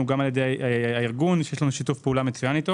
ועל ידי הארגון שיש לנו שיתוף פעולה מצוין איתו.